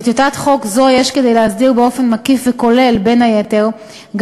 בטיוטת חוק זו יש כדי להסדיר באופן מקיף וכולל בין היתר את